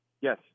Yes